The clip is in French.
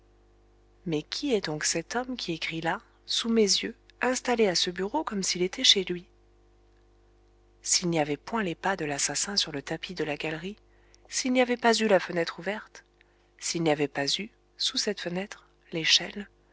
mais qui est donc cet homme qui écrit là sous mes yeux installé à ce bureau comme s'il était chez lui s'il n'y avait point les pas de l'assassin sur le tapis de la galerie s'il n'y avait pas eu la fenêtre ouverte s'il n'y avait pas eu sous cette fenêtre l'échelle